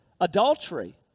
adultery